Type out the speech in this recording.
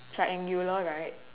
triangular right